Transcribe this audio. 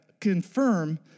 confirm